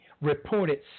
reported